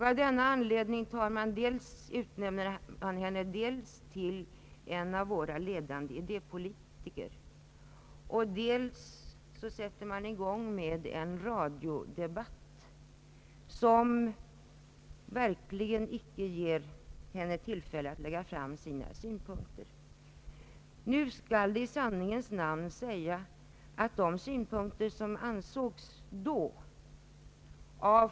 Av denna anledning utnämner man henne dels till en av våra ledande idépolitiker, dels sätter man i gång med en radiodebatt som verkligen icke ger henne tillfälle att lägga fram sina synpunkter.